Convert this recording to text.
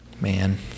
Man